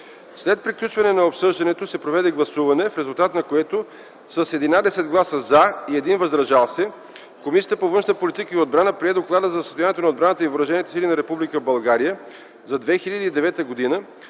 След приключването на обсъждането се проведе гласуване, в резултат на което, с 11 гласа „за” и 1 „въздържал се”, Комисията по външна политика и отбрана прие Доклада за състоянието на отбраната и въоръжените сили на Република